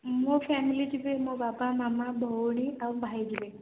ମୋ ଫ୍ୟାମିଲି ଯିବେ ମୋ ବାବା ମାମା ଭଉଣୀ ଆଉ ଭାଇ ଯିବେ